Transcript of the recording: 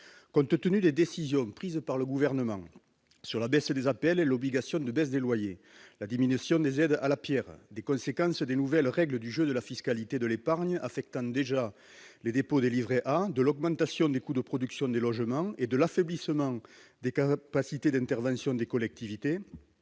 compte tenu des décisions prises par le gouvernement sur la baisse des APL et l'obligation de baisse des loyers, la diminution des aides à la Pierre des conséquences des nouvelles règles du jeu de la fiscalité de l'épargne affectant déjà les dépôts des livrets A de l'augmentation des coûts de production, de logement et de l'affaiblissement des capacités d'intervention des collectivités,